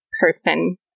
person